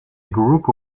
group